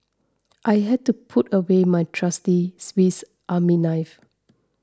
I had to put away my trusty Swiss Army knife